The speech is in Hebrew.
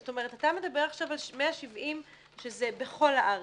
זאת אומרת, אתה מדבר עכשיו על 170 שזה בכל הארץ,